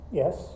yes